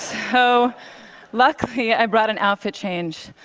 so luckily, i brought an outfit change.